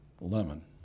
lemon